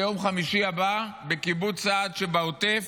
ביום חמישי הבא בקיבוץ סעד שבעוטף,